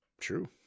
True